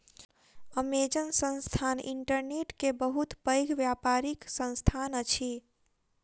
Amazon संस्थान internet के बहुत पैघ व्यापारिक संस्थान अछि